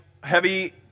heavy